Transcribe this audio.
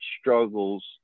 struggles